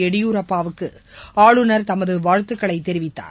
எடியூரப்பாவுக்கு ஆளுநர் தமது வாழ்த்துக்களை தெரிவித்தார்